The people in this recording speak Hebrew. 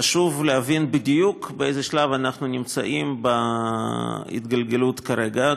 חשוב להבין בדיוק באיזה שלב אנחנו נמצאים בהתגלגלות כרגע,